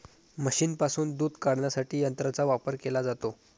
म्हशींपासून दूध काढण्यासाठी यंत्रांचा वापर केला जातो